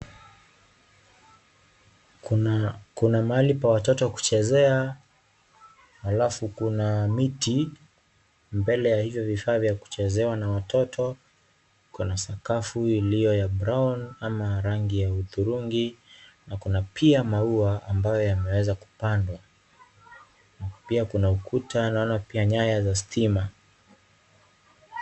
Kuna mahali pa watoto kuchezea halafu kuna miti mbele ya hivyo vifaa vya kuchezewa na watoto, kuna sakafu iliyo ya (CS)brown(CS )ama rangi ya hudhurungi na kuna pia maua ambayo yameweza kupandwa, pia kuna ukuta naona pia nyaya ya stima.